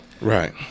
Right